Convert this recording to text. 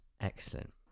Excellent